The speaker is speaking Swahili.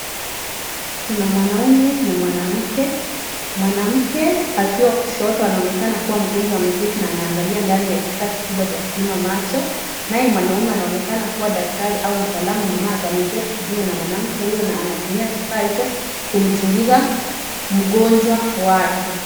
Kuna mwanaume na mwanamke. Mwanamke akiwa kushoto anaonekana kuwa mgonjwa na anaangalia ndani ya kifaa kikubwa cha kupima macho. Naye mwanaume anaonekana kuwa daktari au mtaalamu wa macho ameketi kinyume na mwanamke huyo na anatumia kifaa hicho kumchunguza mgonjwa wake.